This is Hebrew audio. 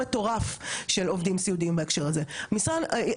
אי אפשר שיהיה לנו פה כל הזמן סחר מכר בין